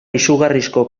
izugarrizko